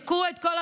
יש לסגור את התיקים